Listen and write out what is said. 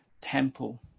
temple